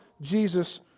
Jesus